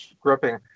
gripping